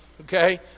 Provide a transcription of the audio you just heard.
okay